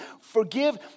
forgive